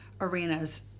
arenas